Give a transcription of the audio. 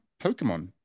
Pokemon